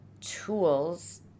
tools